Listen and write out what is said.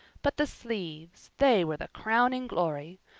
but the sleeves they were the crowning glory!